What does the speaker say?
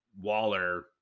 Waller